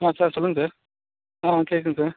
ஆ sir சொல்லுங்கள் sir ஆ கேட்குதுங்க சார்